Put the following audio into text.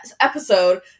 episode